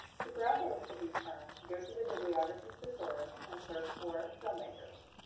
to browse a list of these terms, go to the bibliography's thesaurus and search for filmmakers.